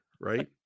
right